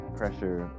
pressure